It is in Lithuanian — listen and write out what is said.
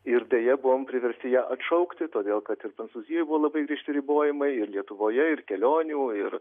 ir deja buvom priversti ją atšaukti todėl kad ir prancūzijoj buvo labai griežti ribojimai ir lietuvoje ir kelionių ir